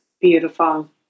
Beautiful